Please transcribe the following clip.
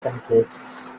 consists